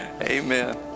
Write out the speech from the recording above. Amen